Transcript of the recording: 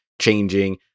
changing